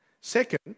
Second